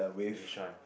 which one